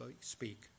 speak